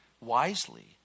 wisely